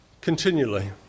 continually